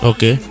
Okay